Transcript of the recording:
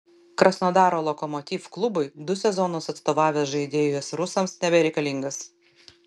krasnodaro lokomotiv klubui du sezonus atstovavęs žaidėjas rusams nebereikalingas